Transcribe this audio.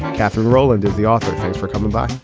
kathryn roland is the author. thanks for coming by.